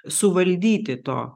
suvaldyti to